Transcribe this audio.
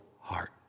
heart